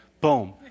Boom